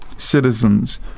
Citizens